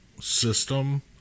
system